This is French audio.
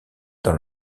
dans